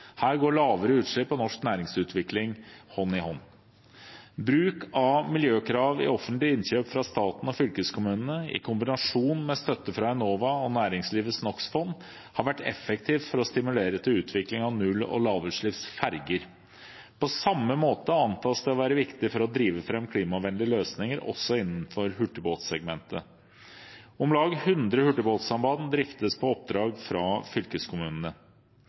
Her går lavere utslipp og norsk næringsutvikling hånd i hånd. Bruk av miljøkrav i offentlige innkjøp fra staten og fylkeskommunene, i kombinasjon med støtte fra Enova og Næringslivets NOx-fond, har vært effektivt for å stimulere til utvikling av null- og lavutslippsferger. På samme måte antas det å være viktig for å drive fram klimavennlige løsninger også innenfor hurtigbåtsegmentet. Om lag 100 hurtigbåtsamband driftes på oppdrag fra fylkeskommunene.